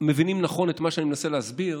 מבינים נכון את מה שאני מנסה להסביר,